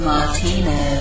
Martino